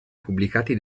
pubblicati